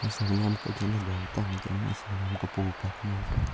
हें सगळें आमकां भोंवता न्हू तेन्ना सगळें आमकां पळोवापाक मेळटा